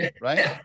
right